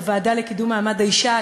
בוועדה לקידום מעמד האישה,